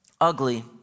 ugly